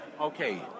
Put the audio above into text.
Okay